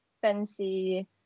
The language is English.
fancy